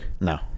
No